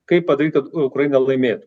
kaip padaryt kad ukraina laimėtų